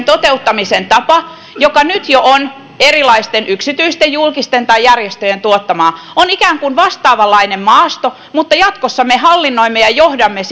toteuttamisen tapa joka nyt jo on erilaisten yksityisten julkisten tai järjestöjen tuottamaa on ikään kuin vastaavanlainen maasto mutta jatkossa me hallinnoimme ja johdamme